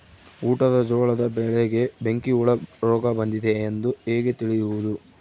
ಊಟದ ಜೋಳದ ಬೆಳೆಗೆ ಬೆಂಕಿ ಹುಳ ರೋಗ ಬಂದಿದೆ ಎಂದು ಹೇಗೆ ತಿಳಿಯುವುದು?